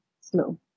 slow